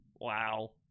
Wow